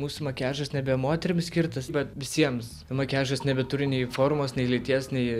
mūsų makiažas nebe moterims skirtas bet visiems makiažas nebeturi nei formos nei lyties nei